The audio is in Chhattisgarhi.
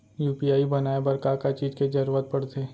यू.पी.आई बनाए बर का का चीज के जरवत पड़थे?